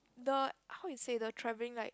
the how it say the travelling like